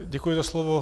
Děkuji za slovo.